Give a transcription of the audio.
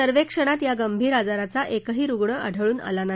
सर्वेक्षणात या गंभीर आजाराचा एकही रूग्ण आढळून आला नाही